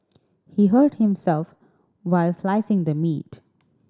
he hurt himself while slicing the meat